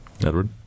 Edward